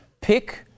pick